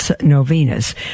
novenas